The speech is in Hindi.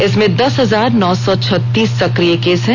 इसमें दस हजार नौ सौ छत्तीस सक्रिय केस हैं